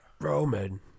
Roman